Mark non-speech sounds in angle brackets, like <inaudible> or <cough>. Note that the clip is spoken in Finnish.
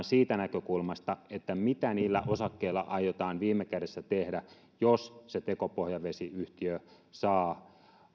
<unintelligible> siitä näkökulmasta että mitä niillä osakkeilla aiotaan viime kädessä tehdä jos se tekopohjavesiyhtiö saa